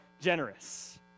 generous